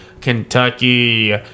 Kentucky